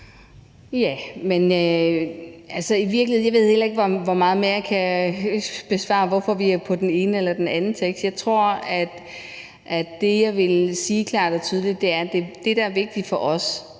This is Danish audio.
heller ikke, hvor meget mere jeg kan svare på, hvorfor vi er på den ene eller den anden vedtagelsestekst. Jeg tror, at det, jeg vil sige klart og tydeligt, er, at det, der er vigtigt for os,